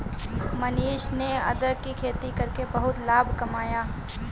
मनीष ने अदरक की खेती करके बहुत लाभ कमाया